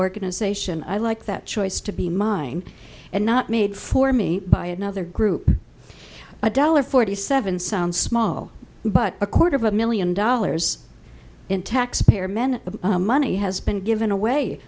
organization i like that choice to be mine and not made for me by another group a dollar forty seven sound small but a quarter of a million dollars in taxpayer men money has been given away